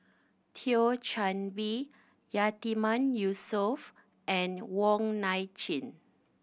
Thio Chan Bee Yatiman Yusof and Wong Nai Chin